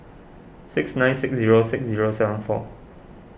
six nine six zero six zero seven four